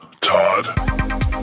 Todd